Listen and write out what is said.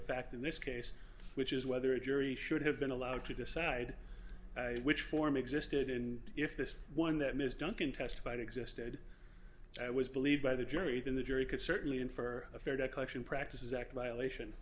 of fact in this case which is whether a jury should have been allowed to decide which form existed and if this one that ms duncan testified existed it was believed by the jury that the jury could certainly in for a fair debt collection practices act violation